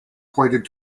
pointed